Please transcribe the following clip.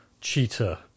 cheetah